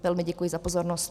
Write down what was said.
Velmi děkuji za pozornost.